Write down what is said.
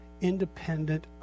independent